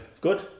Good